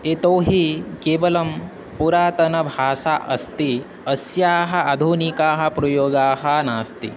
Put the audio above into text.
एतौहि केवलं पुरातनभाषा अस्ति अस्याः आधुनिकाः प्रयोगाः नास्ति